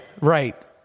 right